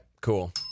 cool